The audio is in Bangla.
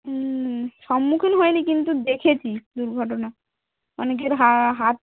হুম সম্মুখীন হইনি কিন্তু দেখেছি দুর্ঘটনা অনেকের হা হাত